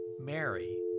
Mary